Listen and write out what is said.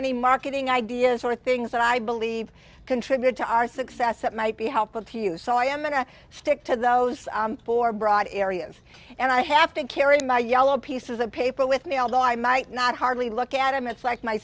any marketing ideas or things that i believe contribute to our success that might be helpful to you so i am going to stick to those four broad areas and i have to carry my yellow pieces of paper with me although i might not hardly look at them it's like my